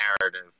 narrative